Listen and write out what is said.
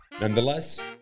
Nonetheless